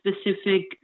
specific